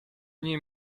nim